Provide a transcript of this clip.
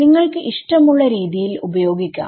നിങ്ങൾക്ക് ഇഷ്ടമുള്ള രീതിയിൽ ഉപയോഗിക്കാം